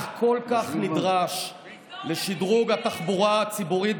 נפעל לשדרוג התחבורה הציבורית,